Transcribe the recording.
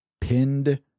pinned